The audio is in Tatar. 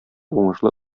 уңышлы